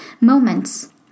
moments